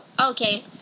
okay